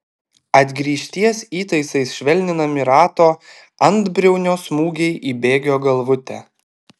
atgrįžties įtaisais švelninami rato antbriaunio smūgiai į bėgio galvutę